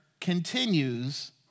continues